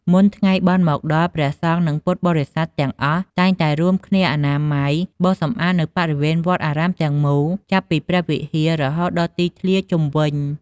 មុនថ្ងៃបុណ្យមកដល់ ព្រះសង្ឃ និងពុទ្ធបរិស័ទ ទាំងអស់តែងតែរួមគ្នាអនាម័យ បោសសម្អាតនូវបរិវេណវត្តអារាមទាំងមូល ចាប់ពីព្រះវិហារ រហូតដល់ទីធ្លាជុំវិញ។